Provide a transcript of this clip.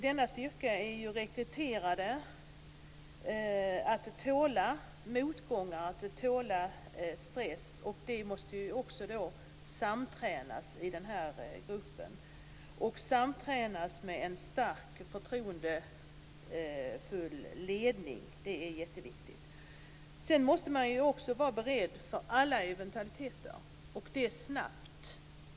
Denna styrka är rekryterad för att tåla motgångar och stress. Det måste också samtränas i gruppen med en stark förtroendefull ledning. Det är jätteviktigt. Sedan måste den också vara beredd för alla eventualiteter och att agera snabbt.